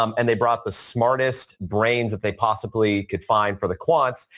um and they brought the smartest brains that they possibly could find for the quants.